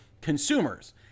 consumers